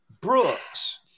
Brooks